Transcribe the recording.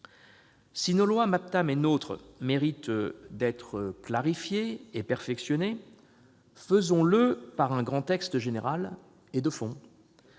Si les lois Maptam et NOTRe méritent d'être clarifiées et perfectionnées, faisons-le par le biais d'un grand texte général et de fond.